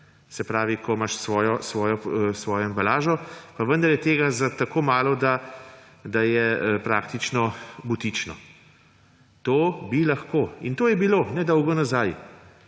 se pravi, ko imaš svojo embalažo –, pa vendar je tega tako malo, da je praktično butično. To bi lahko. In to je bilo nedolgo nazaj,